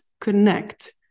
connect